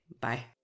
Bye